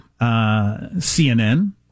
CNN